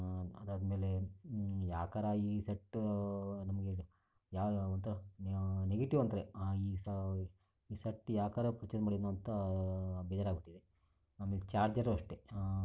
ಅದಾದಮೇಲೆ ಯಾಕಾದ್ರು ಈ ಸೆಟ್ ನಮಗೆ ಯಾ ಒಂಥರಾ ನೆಗೆಟಿವ್ ಅಂತಾರೆ ಈ ಸೆಟ್ ಯಾಕಾದ್ರು ಪರ್ಚೇಸ್ ಮಾಡಿದೆನೋ ಅಂತ ಬೇಜಾರಾಗ್ಬಿಟ್ಟಿದೆ ಆಮೇಲೆ ಚಾರ್ಜರು ಅಷ್ಟೇ